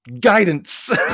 guidance